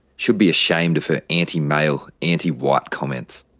should be ashamed of her anti-male anti-white comments.